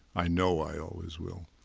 i know i always will.